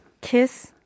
Kiss